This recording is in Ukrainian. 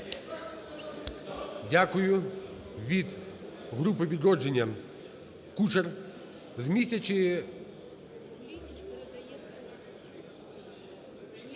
Дякую. Від групи "Відродження" Кучер.